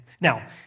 Now